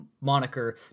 moniker